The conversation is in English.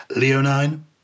Leonine